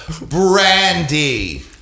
Brandy